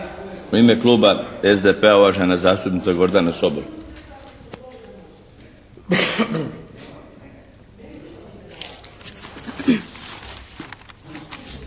U ime kluba SDP-a, uvažena zastupnica Gordana Sobol.